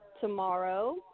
tomorrow